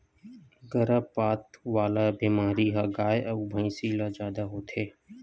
गरभपात वाला बेमारी ह गाय अउ भइसी ल जादा होथे